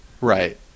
right